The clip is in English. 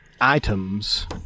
Items